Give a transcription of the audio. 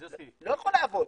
זה לא יכול לעבוד.